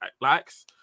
likes